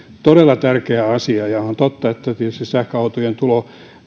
todella tärkeä asia ja on totta että tietysti sähköautojen tulo